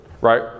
right